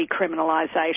decriminalisation